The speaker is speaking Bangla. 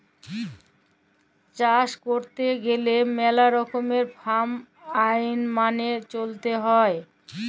চাষ ক্যইরতে গ্যালে ম্যালা রকমের ফার্ম আইল মালে চ্যইলতে হ্যয়